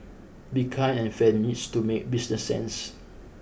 being kind and fair needs to make business sense